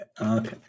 okay